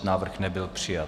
Návrh nebyl přijat.